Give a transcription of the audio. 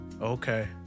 Okay